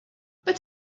but